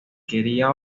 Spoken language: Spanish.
quería